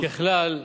ככלל,